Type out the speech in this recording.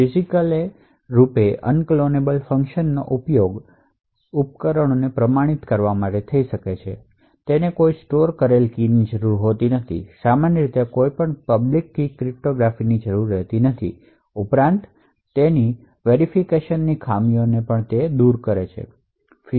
ફિજિકલરૂપે unclonable ફંકશનનો ઉપયોગ ઉપકરણોને પ્રમાણિત કરવા માટે થઈ શકે છે તેને કોઈ સ્ટોર કરેલી કીની જરૂર હોતી નથી સામાન્ય રીતે કોઈ પબ્લિક કી ક્રિપ્ટોગ્રાફી ની જરૂર હોતી નથી અને તે ઉપરાંત સ્ટોર કી સાથે રહેલ ઔથેંતિકેશનની ખામીઓને દૂર કરે છે